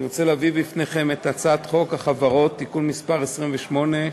אני רוצה להביא בפניכם את הצעת חוק החברות (תיקון מס' 28),